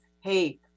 hey